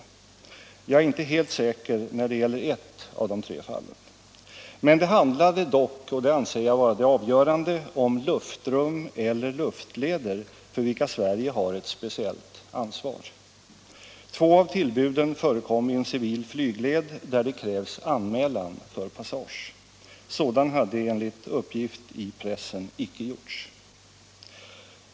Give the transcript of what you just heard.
Jag är inte helt säker när det gäller ett av de tre fallen. Det handlade dock, och detta anser jag vara det avgörande, om luftrum eller luftleder för vilka Sverige har ett speciellt ansvar. Två av tillbuden förekom i en civil flygled där det krävs anmälan för passage. Sådan hade enligt uppgift i pressen icke gjorts.